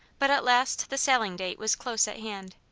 but at last the sailing date was close at hand.